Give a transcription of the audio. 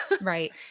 Right